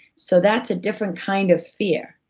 so that's a different kind of fear.